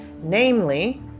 Namely